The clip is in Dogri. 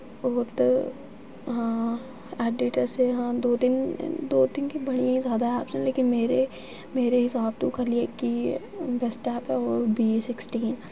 ओह् ते हां ऐडिट असे हां दो तिन्न दो तिन्न कि बड़ियां जैदा ऐप्स न लेकिन मेरे मेरे हिसाब च खाल्ली इक गै बैस्ट ऐप ऐ ओह् बी सिक्सटीन